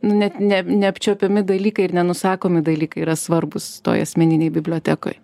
net ne neapčiuopiami dalykai ir nenusakomi dalykai yra svarbūs toj asmeninėj bibliotekoj